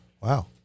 Wow